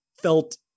felt